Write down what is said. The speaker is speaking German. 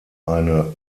eine